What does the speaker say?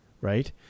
right